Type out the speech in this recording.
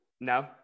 No